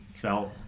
felt